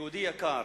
"יהודי יקר,